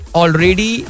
already